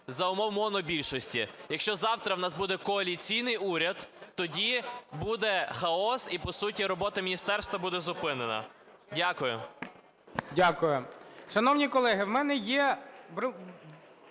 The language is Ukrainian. за умов монобільшості. Якщо завтра в нас буде коаліційний уряд, тоді буде хаос, і, по суті, робота міністерства буде зупинена. Дякую. ГОЛОВУЮЧИЙ. Дякую. Шановні колеги, в мене є